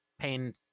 pain